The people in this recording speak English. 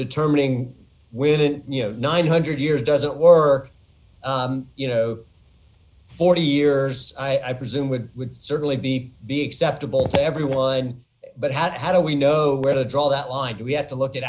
determining when you have nine hundred years doesn't work you know forty years i presume would would certainly be be acceptable to everyone but how do we know where to draw that line we have to look at